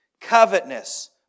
covetousness